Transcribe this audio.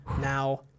now